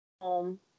home